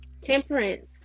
temperance